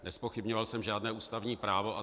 Nezpochybňoval jsem žádné ústavní právo.